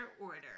order